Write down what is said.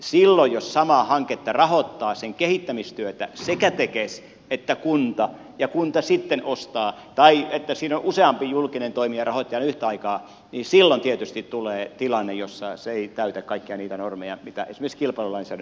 silloin jos samaa hanketta rahoittavat sen kehittämistyötä sekä tekes että kunta ja kunta sitten ostaa tai jos siinä on useampi julkinen toimija rahoittajana yhtä aikaa niin silloin tietysti tulee tilanne jossa ei täytetä kaikkia niitä normeja mitä esimerkiksi kilpailulainsäädännön mukaan pitää täyttää